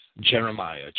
Jeremiah